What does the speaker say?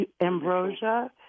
Ambrosia